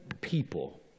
people